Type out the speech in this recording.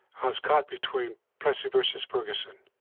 i was caught between plessy vs. ferguson,